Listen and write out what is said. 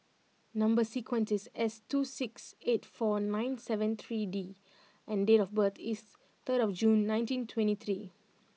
number sequence is S two six eight four nine seven three D and date of birth is third June nineteen twenty three